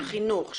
של חינוך,